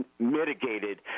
mitigated